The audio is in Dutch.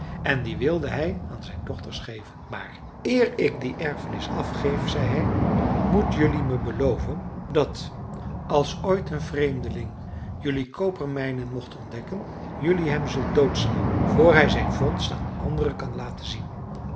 en die wilde hij aan zijn dochters geven maar eer ik die erfenis afgeef zei hij moet jelui me beloven dat als ooit een vreemdeling jelui kopermijnen mocht ontdekken jelui hem zult doodslaan voor hij zijn vondst aan anderen kan laten zien